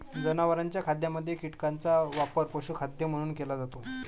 जनावरांच्या खाद्यामध्ये कीटकांचा वापर पशुखाद्य म्हणून केला जातो